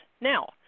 Now